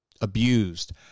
abused